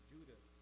Judah